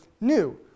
new